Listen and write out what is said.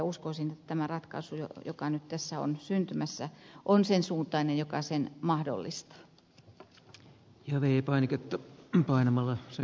uskoisin että tämä ratkaisu joka nyt tässä on syntymässä on sen suuntainen joka sen mahdollistaa